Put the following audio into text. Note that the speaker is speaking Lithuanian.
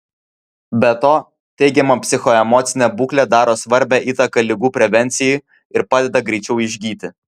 be to teigiama psichoemocinė būklė daro svarbią įtaką ligų prevencijai ir padeda greičiau išgyti